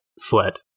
fled